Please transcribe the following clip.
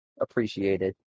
appreciated